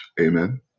Amen